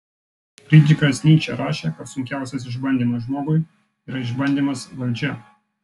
frydrichas nyčė rašė kad sunkiausias išbandymas žmogui yra išbandymas valdžia